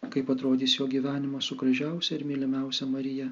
kaip atrodys jo gyvenimas su gražiausia ir mylimiausia marija